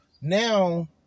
Now